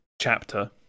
chapter